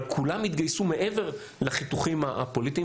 אבל כולם התגייסו מעבר לחיתוכים הפוליטיים